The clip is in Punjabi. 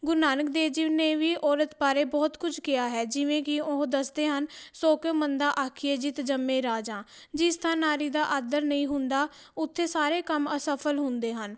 ਗੁਰੂ ਨਾਨਕ ਦੇਵ ਜੀ ਨੇ ਵੀ ਔਰਤ ਬਾਰੇ ਬਹੁਤ ਕੁਝ ਕਿਹਾ ਹੈ ਜਿਵੇਂ ਕਿ ਉਹ ਦੱਸਦੇ ਹਨ ਸੋ ਕਿਉ ਮੰਦਾ ਆਖੀਐ ਜਿਤੁ ਜੰਮਹਿ ਰਾਜਾਨ ਜਿਸ ਥਾਂ ਨਾਰੀ ਦਾ ਆਦਰ ਨਹੀਂ ਹੁੰਦਾ ਉੱਥੇ ਸਾਰੇ ਕੰਮ ਅਸਫ਼ਲ ਹੁੰਦੇ ਹਨ